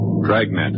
Dragnet